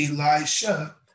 Elisha